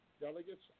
delegates